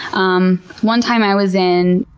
um one time i was in.